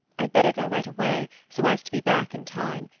i'd better go right away, so as to be back in time.